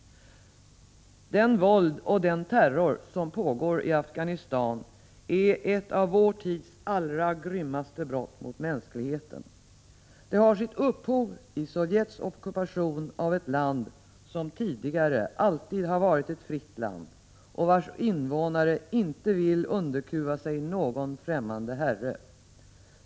Det våld och den terror som pågår i Afghanistan är ett av vår tids allra grymmaste brott mot mänskligheten. De har sitt upphov i Sovjets ockupation av ett land som tidigare alltid varit ett fritt land och vars invånare inte vill låta underkuva sig av någon främmande herre.